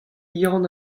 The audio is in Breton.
yann